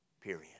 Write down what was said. period